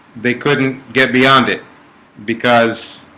they couldn't get beyond it because